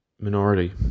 minority